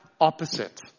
opposite